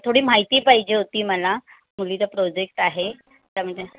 थोडी माहिती पाहिजे होती मला मुलीचा प्रोजेक्ट आहे त्यामध्ये